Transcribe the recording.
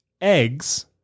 eggs